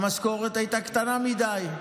המשכורת הייתה קטנה מדי,